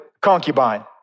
concubine